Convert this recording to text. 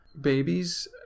babies